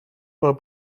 pel